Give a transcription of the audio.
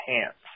pants